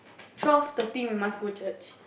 twelve thirty we must go church